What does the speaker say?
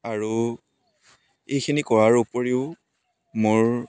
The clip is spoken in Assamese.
আৰু এইখিনি কৰাৰ ওপৰিও মোৰ